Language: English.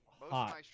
hot